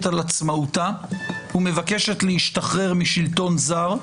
על עצמאותה ומבקשת להשתחרר משלטון זר,